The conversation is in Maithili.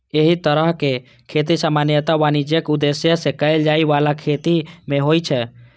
एहि तरहक खेती सामान्यतः वाणिज्यिक उद्देश्य सं कैल जाइ बला खेती मे होइ छै